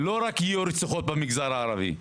לא יישאר רק ברציחות במגזר הערבי,